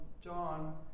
John